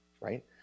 Right